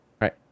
right